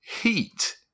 heat